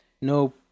no